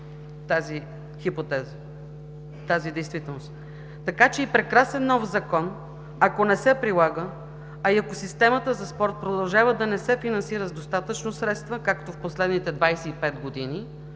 тази хипотеза, тази действителност. Така че и прекрасен нов Закон, ако не се прилага, а и ако системата за спорт продължава да не се финансира с достатъчно средства, както в последните 25 години,